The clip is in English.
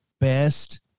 best